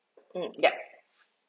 mm yup